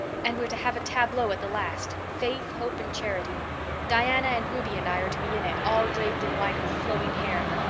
and we're to have a tableau at the last faith, hope and charity diana and ruby and i are to be in it, all draped in white with flowing hair.